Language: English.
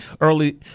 early